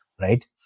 right